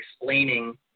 explaining